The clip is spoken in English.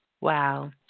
Wow